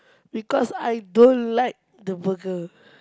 because I don't like the burger